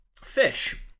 fish